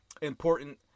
important